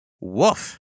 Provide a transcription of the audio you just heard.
Woof